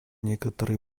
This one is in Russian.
некоторый